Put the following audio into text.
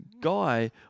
guy